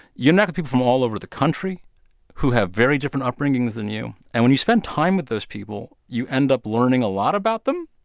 you interact and with people from all over the country who have very different upbringings than you. and when you spend time with those people, you end up learning a lot about them.